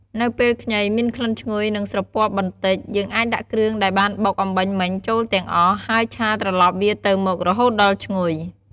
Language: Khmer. នៅពេលខ្ញីមានក្លិនឈ្ញុយ និងស្រពាប់បន្តិច យើងអាចដាក់គ្រឿងដែលបានបុកអំបាញ់មិញចូលទាំងអស់ ហើយឆាត្រឡប់វាទៅមក រហូតដល់ឈ្ងុយ។